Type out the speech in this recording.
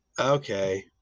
okay